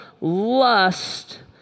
lust